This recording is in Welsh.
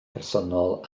personol